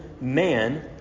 man